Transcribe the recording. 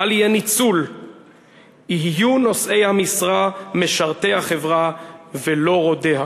בל יהיה ניצול"; "יהיו נושאי המשרה משרתי החברה ולא רודיה,